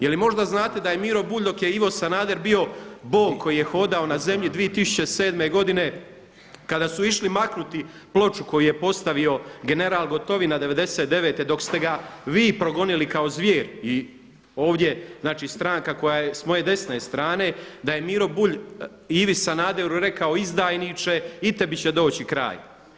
Je li možda znate da je Miro Bulj dok je Ivo Sanader bio Bog koji je hodao na zemlji 2007. godine kada su išli maknuti ploču koju je postavio general Gotovina 99. dok ste ga vi progonili kao zvjer i ovdje znači stranka koja je s moje desne strane da je Miro Bulj Ivi Sanaderu rekao izdajniče i tebi će doći kraj.